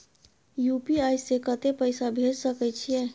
UPI से कत्ते पैसा भेज सके छियै?